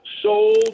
sold